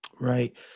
Right